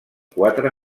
quatre